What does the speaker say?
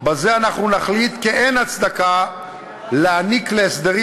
בזה אנחנו נחליט כי אין הצדקה להעניק להסדרים